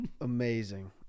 amazing